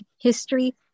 history